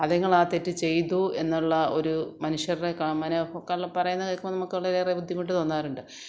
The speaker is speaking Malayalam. അതുങ്ങൾ ആ തെറ്റ് ചെയ്തു എന്നുള്ള ഒരു മനുഷ്യരുടെ കാമന കള്ളം പറയുന്നത് കേൾക്കുമ്പോൾ നമുക്ക് ഉള്ളിൽ ഏറെ ബുദ്ധിമുട്ട് തോന്നാറുണ്ട്